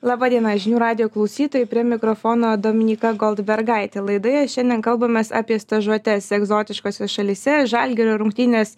laba diena žinių radijo klausytojai prie mikrofono dominyka goldbergaitė laidoje šiandien kalbamės apie stažuotes egzotiškose šalyse žalgirio rungtynes